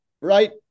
right